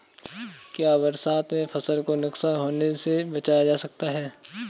क्या बरसात में फसल को नुकसान होने से बचाया जा सकता है?